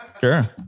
Sure